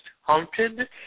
Haunted